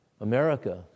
America